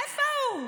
איפה הוא?